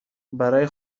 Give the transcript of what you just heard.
برای